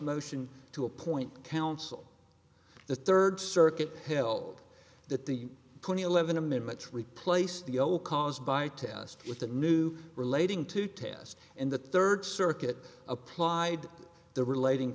motion to appoint counsel the third circuit held that the eleven amendment replaced the old caused by tasked with the new relating to test and the third circuit applied the relating